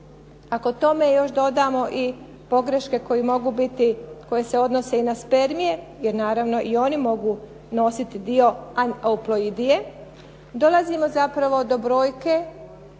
Ako tome još dodamo i pogreške koje mogu biti koje se odnose i na spermije, jer naravno i oni mogu nositi dio an euploidije dolazimo zapravo do brojke